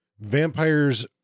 vampires